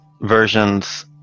versions